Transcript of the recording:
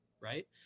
Right